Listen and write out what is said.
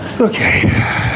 Okay